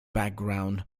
background